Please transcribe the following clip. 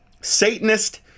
satanist